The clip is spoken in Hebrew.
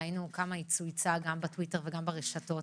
וראינו כמה היא צויצה גם בטוויטר וגם ברשתות.